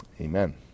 Amen